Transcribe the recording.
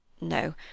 No